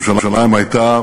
ירושלים הייתה